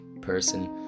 person